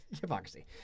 hypocrisy